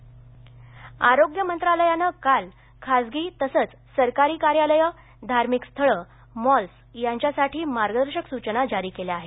आरोग्य मंत्रालय आरोग्य मंत्रालयानं काल खाजगी तसंच सरकारी कार्यालयं धार्मिक स्थळं मॉल्स यांच्यासाठी मार्गदर्शक सुचना जारी केल्या आहेत